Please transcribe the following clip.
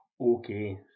Okay